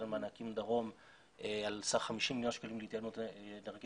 קרן מענקים דרום על סך 50 מיליון שקלים להתייעלות אנרגטית